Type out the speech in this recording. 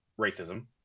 racism